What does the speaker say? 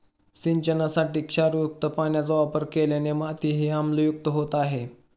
सिंचनासाठी क्षारयुक्त पाण्याचा वापर केल्याने मातीही आम्लयुक्त होत आहे